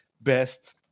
best